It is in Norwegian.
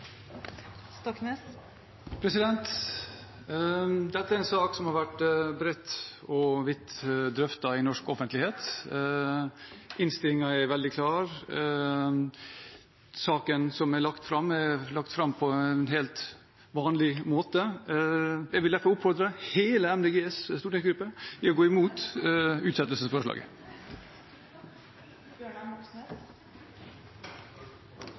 side. Dette er en sak som har vært bredt og vidt drøftet i norsk offentlighet. Innstillingen er veldig klar, og saken er lagt fram på helt vanlig måte. Jeg vil derfor oppfordre hele Miljøpartiet De Grønnes stortingsgruppe til å stemme imot utsettelsesforslaget.